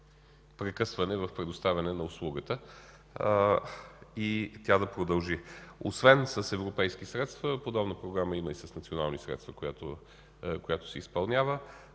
прекъсване в получаване на услугата и тя да продължи. Освен с европейски средства, подобна програма има и с национални средства, която се изпълнява.